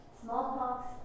Smallpox